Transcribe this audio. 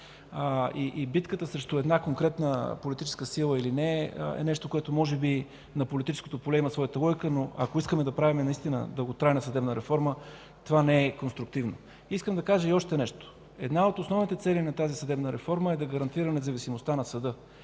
И битката срещу една конкретна политическа сила или не е нещо, което може би на политическото поле има своята логика, но ако искаме да правим наистина дълготрайна съдебна реформа това не е конструктивно. Искам да кажа и още нещо – една от основните цели на тази съдебна реформа, е да гарантира независимостта на съда,